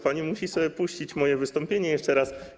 Pani musi sobie puścić moje wystąpienie jeszcze raz.